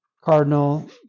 cardinal